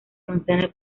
manzana